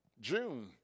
June